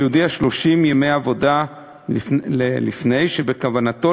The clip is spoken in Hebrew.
שיודיע 30 ימי עבודה לפני המועד שבכוונתו